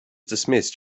dismissed